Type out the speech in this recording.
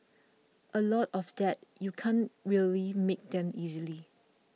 a lot of that you can't really make them easily